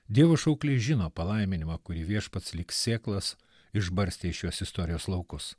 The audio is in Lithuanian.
dievo šaukliai žino palaiminimą kurį viešpats lyg sėklas išbarstė į šios istorijos laukus